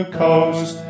coast